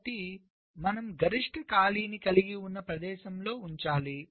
కాబట్టి మనము గరిష్ట ఖాళీని కలిగి ఉన్న ప్రదేశంలో ఉంచాలి